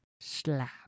slap